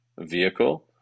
vehicle